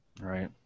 Right